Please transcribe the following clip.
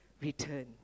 return